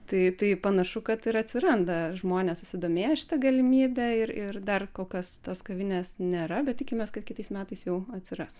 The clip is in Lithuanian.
tai tai panašu kad ir atsiranda žmonės susidomėję šita galimybe ir ir dar kol kas tos kavines nėra bet tikimės kad kitais metais jau atsiras